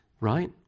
right